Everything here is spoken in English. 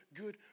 good